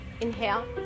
inhale